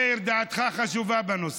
מאיר, דעתך בנושא חשובה.